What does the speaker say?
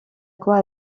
quoi